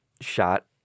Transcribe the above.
shot